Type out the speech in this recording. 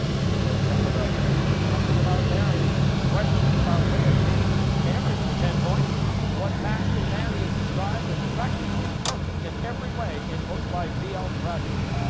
let's go something about mary. costa something about mary questions about women named mary. for ten points what magical nanny is described as practically perfect in every way in books by p l. travers?